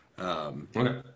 Okay